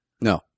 No